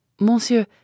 Monsieur